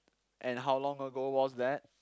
and how long ago was that